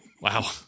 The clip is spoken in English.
Wow